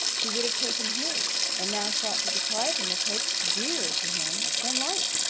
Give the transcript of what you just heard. who would have taken his and now sought to deprive him of hopes dearer to him than life.